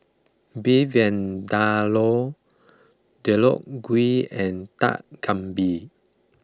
Beef Vindaloo Deodeok Gui and Dak Galbi